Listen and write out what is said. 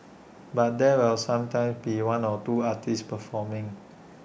but there will sometimes be one or two artists performing